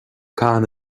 cathain